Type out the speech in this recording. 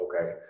Okay